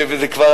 וזה כבר,